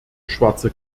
schwarze